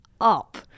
up